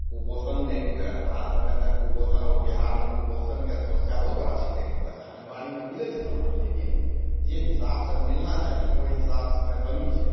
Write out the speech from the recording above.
कुपोषण नहि हुए भारतमे तऽ कुपोषण आओर बिहारमे कुपोषणके समस्या बहुत बड़ा छै कहैके मतलब कि आँगनबाड़ीमे मिलै छै समान लेकिन जे हिसाबसे मिलना चाही ओहि हिसाबमे कमी छै